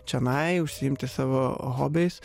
čionai užsiimti savo hobiais